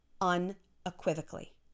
unequivocally